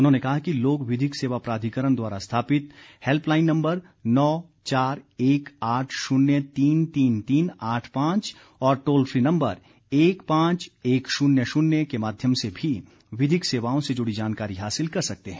उन्होंने कहा कि लोग विधिक सेवा प्राधिकरण द्वारा स्थापित हैल्पलाइन नम्बर नौ चार एक आठ शून्य तीन तीन तीन आठ पांच और टोल फ्री नम्बर एक पांच एक शून्य शून्य के माध्यम से भी विधिक सेवाओं से जुड़ी जानकारी हासिल कर सकते हैं